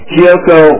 Kyoko